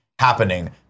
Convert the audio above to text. happening